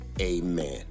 Amen